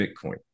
Bitcoin